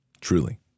truly